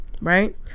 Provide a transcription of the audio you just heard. Right